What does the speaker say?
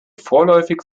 vorläufig